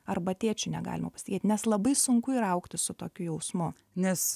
arba tėčiu negalima pasitikėt nes labai sunku yra augti su tokiu jausmu nes